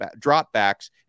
dropbacks